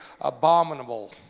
abominable